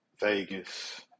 Vegas